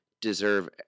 deserve